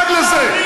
תדאג לזה.